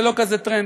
זה לא כזה טרנדי.